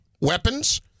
weapons